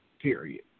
period